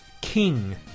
king